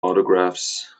autographs